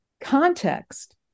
context